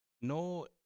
no